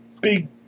big